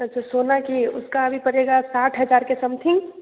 अच्छा सोना कि उसका अभी पड़ेगा साठ हज़ार के समथिंग